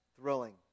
thrilling